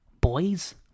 Boys